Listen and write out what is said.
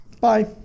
Bye